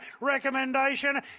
Recommendation